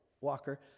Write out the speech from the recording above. walker